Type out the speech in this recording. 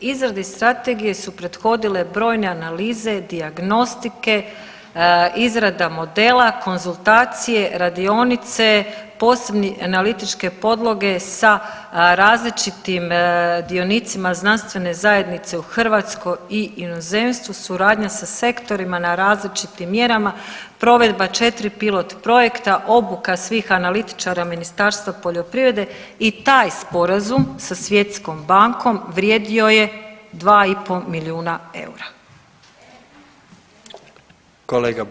Izradi strategije su prethodile brojne analize, dijagnostike, izrada modela, konzultacije, radionice, posebni analitičke podloge sa različitim dionicima znanstvene zajednice u Hrvatskoj i inozemstvu, suradnja sa sektorima na različitim mjerama, provedba 4 pilot projekta, obuka svih analitičara Ministarstva poljoprivrede i taj sporazum sa Svjetskom bankom vrijedio je 2,5 milijuna EUR-a.